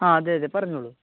ആ അതെയതെ പറഞ്ഞോളൂ